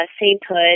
sainthood